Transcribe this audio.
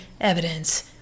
evidence